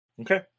Okay